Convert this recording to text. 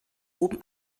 oben